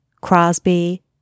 Crosby